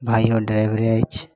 भाइयो ड्राइवरे अछि